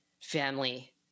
family